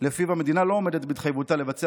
שלפיו המדינה לא עומדת בהתחייבותה לבצע